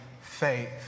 faith